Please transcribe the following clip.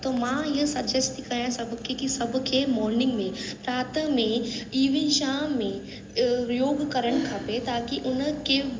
मां हीअ सजेस्ट थी कयां सभखे की सभु खे मोर्निंग में प्रात में इविन शाम में योग करणु खपे ताकि उनके